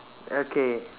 okay